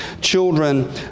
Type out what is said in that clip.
children